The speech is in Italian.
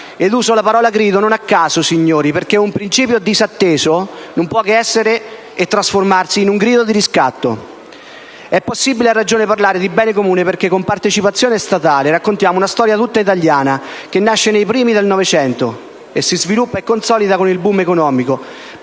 Ed uso la parola grido non a caso, signori, perché un principio disatteso non può che essere e trasformarsi in un grido di riscatto. È possibile, a ragione, parlare di bene comune, perché con partecipazioni statali raccontiamo una storia tutta italiana che nasce nei primi del Novecento, si sviluppa e consolida con il *boom* economico